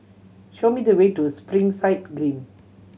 show me the way to Springside Green